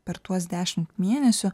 per tuos dešimt mėnesių